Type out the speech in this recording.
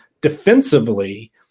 defensively